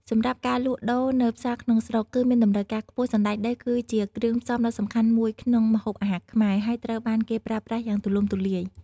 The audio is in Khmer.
សំរាប់ការលក់ដូរនៅផ្សារក្នុងស្រុក គឺមានតម្រូវការខ្ពស់ សណ្តែកដីគឺជាគ្រឿងផ្សំដ៏សំខាន់មួយក្នុងម្ហូបអាហារខ្មែរ ហើយត្រូវបានគេប្រើប្រាស់យ៉ាងទូលំទូលាយ។